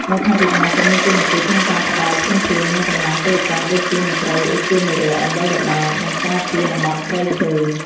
រដ្ឋាភិបាលក៏មានតួនាទីក្នុងការផ្តល់ធនធាន និងកម្លាំងពលកម្មដូចជាមន្ត្រីឧទ្យានុរក្ស ដើម្បីល្បាត និងការពារតំបន់ព្រៃឈើ។